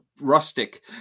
rustic